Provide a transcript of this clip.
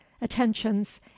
attentions